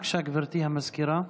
בבקשה, גברתי המזכירה.